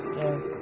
yes